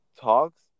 talks